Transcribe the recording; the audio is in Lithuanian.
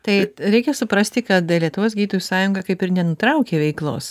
tai reikia suprasti kad lietuvos gydytojų sąjunga kaip ir nenutraukė veiklos